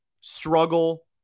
struggle